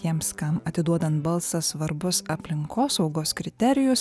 tiems kam atiduodant balsą svarbus aplinkosaugos kriterijus